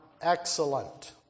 excellent